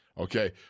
okay